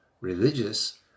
religious